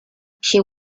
she